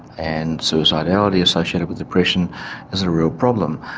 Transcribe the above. and suicidality associated with depression is a real problem.